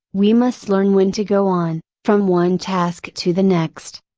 we must learn when to go on, from one task to the next.